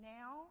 now